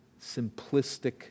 simplistic